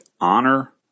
honor